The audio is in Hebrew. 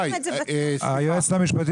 אדוני היושב ראש,